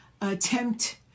attempt